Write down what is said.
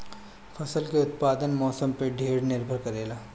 फसल के उत्पादन मौसम पे ढेर निर्भर करेला